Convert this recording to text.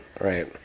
right